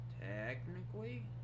technically